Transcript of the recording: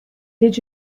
did